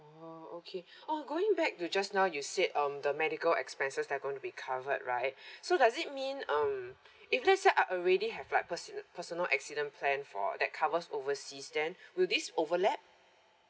oh okay oh going back to just now you said um the medical expenses they're gonna be covered right so does it mean um if let's say I already have like personal personal accident plan for that covers overseas then will this overlap